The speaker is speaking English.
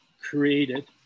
created